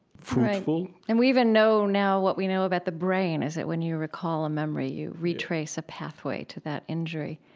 fruitful right. and we even know now what we know about the brain is that when you recall a memory, you retrace a pathway to that injury